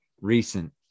recent